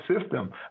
system